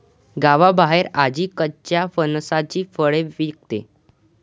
गावाबाहेर आजी कच्च्या फणसाची फळे विकते